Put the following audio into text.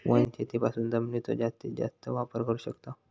वनशेतीपासून जमिनीचो जास्तीस जास्त वापर करू शकताव